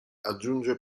aggiunge